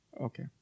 Okay